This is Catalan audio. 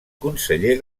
conseller